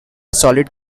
solid